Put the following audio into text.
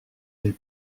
les